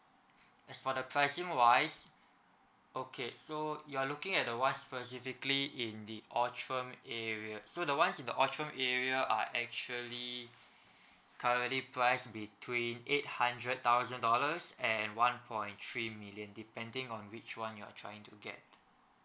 as for the pricing wise okay so you are looking at the ones specifically in the orchard area so the ones in the orchard area are actually currently plies between eight hundred thousand dollars and one point three million depending on which one you're trying to get